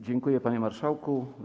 Dziękuję, panie marszałku.